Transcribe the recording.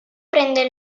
prende